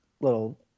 little